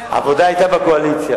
זה דרמטי.